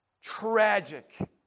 Tragic